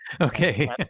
Okay